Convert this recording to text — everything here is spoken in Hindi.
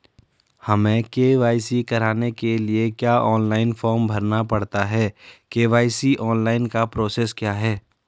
हमें के.वाई.सी कराने के लिए क्या ऑनलाइन फॉर्म भरना पड़ता है के.वाई.सी ऑनलाइन का प्रोसेस क्या है?